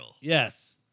Yes